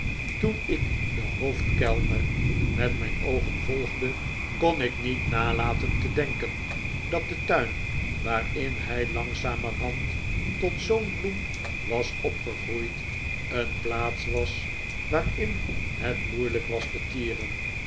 toen ik den hoofd kellner met mijn oogen volgde kon ik niet nalaten te denken dat de tuin waarin hij langzamerhand tot zoo'n bloem was opgegroeid een plaats was waarin het moeilijk was te tieren